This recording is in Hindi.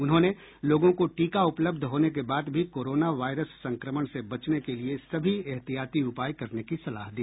उन्होंने लोगों को टीका उपलब्ध होने के बाद भी कोरोना वायरस संक्रमण से बचने के लिए सभी एहतियाती उपाय करने की सलाह दी